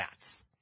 stats